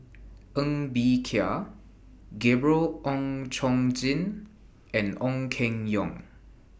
Ng Bee Kia Gabriel Oon Chong Jin and Ong Keng Yong